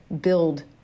build